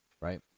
right